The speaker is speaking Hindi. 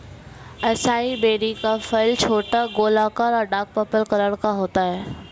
असाई बेरी का फल छोटा, गोलाकार और डार्क पर्पल कलर का होता है